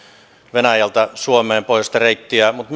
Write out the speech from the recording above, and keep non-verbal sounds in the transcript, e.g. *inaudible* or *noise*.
venäjältä suomeen pohjoista reittiä mutta *unintelligible*